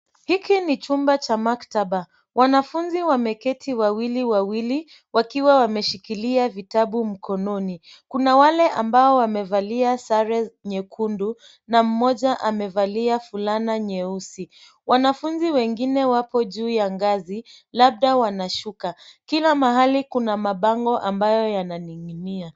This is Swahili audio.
Hiki ni chumba cha maktaba. Wanafunzi wameketi wawili wawili, wakiwa wameshikilia vitabu mkononi. Kuna wale ambao wamevalia sare nyekundu na mmoja amevalia fulana nyeusi. Wanafunzi wengine wapo juu ya ngazi, labda wanashuka. Kila mahali kuna mabango ambayo yananing'inia.